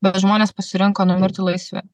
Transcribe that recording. bet žmonės pasirinko numirti laisvi